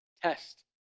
Test